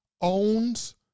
owns